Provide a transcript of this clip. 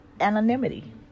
anonymity